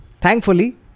thankfully